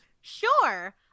Sure